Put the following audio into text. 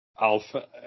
Alpha